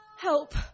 help